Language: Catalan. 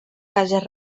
cases